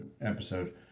episode